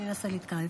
אני אנסה להתקרב.